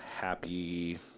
Happy